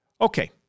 Okay